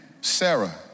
Sarah